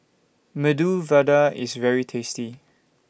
Medu Vada IS very tasty